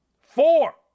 Four